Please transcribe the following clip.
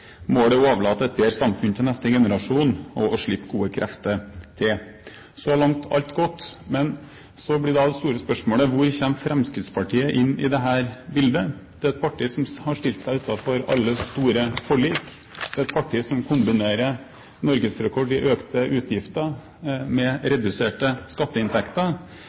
Målet er å overlate et bedre samfunn til neste generasjon og å slippe gode krefter til. Så langt alt godt. Men så blir da det store spørsmålet: Hvor kommer Fremskrittspartiet inn i dette bildet? Det er et parti som har stilt seg utenfor alle store forlik. Det er et parti som kombinerer norgesrekord i økte utgifter med reduserte skatteinntekter.